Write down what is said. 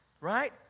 Right